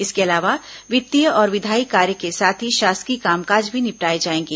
इसके अलावा वित्तीय और विधायी कार्य के साथ ही शासकीय कामकाज भी निपटाए जाएंगे